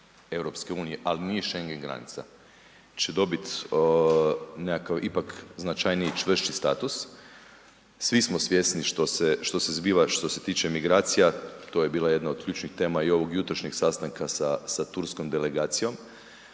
granica EU, ali nije Schengen granica će dobiti nekakav ipak značajniji, čvršći status. Svi smo svjesni što se zbiva, što se tiče migracija, to je bila jedna od ključnih tema i ovog jutrošnjeg sastanka sa turskom delegacijom.